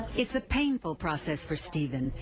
it's a painful process for steven.